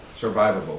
survivable